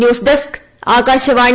news desk Akashvani